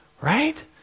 Right